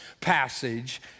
passage